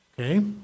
okay